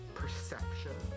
perception